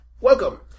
Welcome